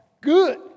good